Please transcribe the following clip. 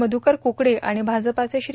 मषुकर कुकडे आणि भाजपाचे श्री